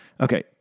Okay